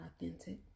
authentic